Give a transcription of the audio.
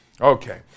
Okay